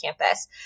campus